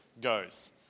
goes